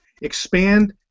Expand